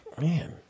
man